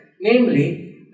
namely